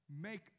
make